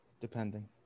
depending